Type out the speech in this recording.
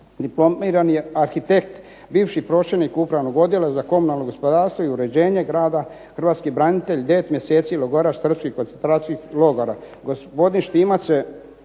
diplomirani arhitekt, bivši pročelnik Upravnog odjela za komunalno gospodarstvo i uređenje grada, hrvatski branitelj, 9 mjeseci logoraš srpskih koncentracijskih logora.